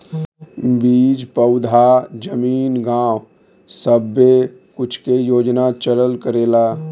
बीज पउधा जमीन गाव सब्बे कुछ के योजना चलल करेला